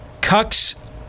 Cucks